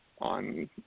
on